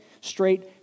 straight